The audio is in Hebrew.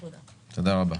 תודה רבה.